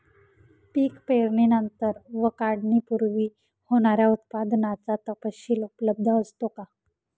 पीक पेरणीनंतर व काढणीपूर्वी होणाऱ्या उत्पादनाचा तपशील उपलब्ध असतो का?